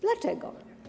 Dlaczego?